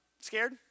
scared